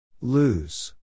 Lose